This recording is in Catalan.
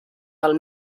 del